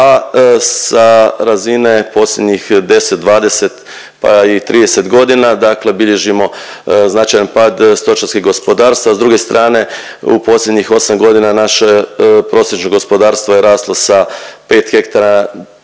a sa razine posljednjih 10, 20 pa i 30 godina bilježimo značajan pad stočarskih gospodarstava. S druge strane u posljednjih osam godina naše prosječno gospodarstvo je raslo sa pet hektara